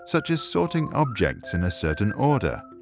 such as sorting objects in a certain order.